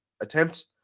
attempt